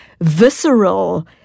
visceral